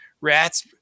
rats